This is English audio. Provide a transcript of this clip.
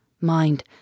Mind